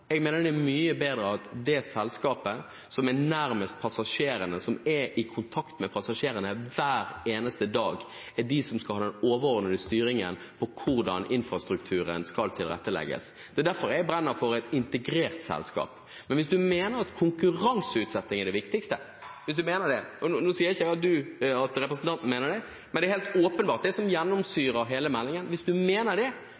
Jeg mener det er mye bedre at det er det selskapet som er nærmest passasjerene, og som er i kontakt med passasjerene hver eneste dag, som skal ha den overordnede styringen av hvordan infrastrukturen skal tilrettelegges. Det er derfor jeg brenner for et integrert selskap. Hvis representanten mener at konkurranseutsetting er det viktigste – nå sier ikke jeg at representanten mener det, men det er helt åpenbart at det gjennomsyrer hele meldingen